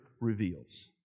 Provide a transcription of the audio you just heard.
reveals